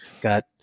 got